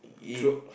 true